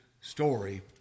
story